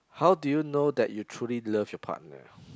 how do you know that you truly love your partner